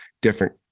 different